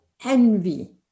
envy